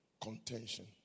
Contention